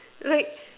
like